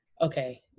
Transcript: okay